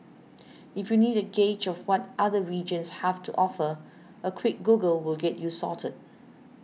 if you need a gauge of what other regions have to offer a quick Google will get you sorted